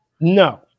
No